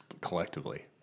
collectively